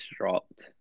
dropped